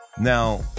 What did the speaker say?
Now